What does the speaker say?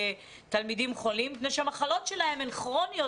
כתלמידים חולים מפני שהמחלות שלהם הן כרוניות,